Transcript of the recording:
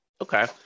Okay